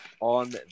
on